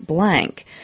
blank